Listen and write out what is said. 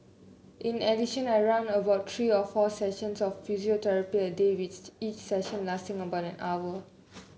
in addition I run about three or four sessions of physiotherapy a day with each session lasting about an hour